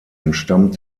entstammt